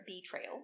betrayal